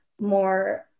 more